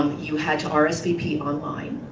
um you had to ah rsvp online.